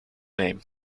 name